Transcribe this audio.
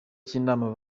cy’inama